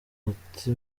ati